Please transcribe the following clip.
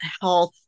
health